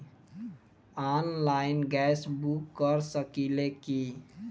Online gas book कर सकिले की?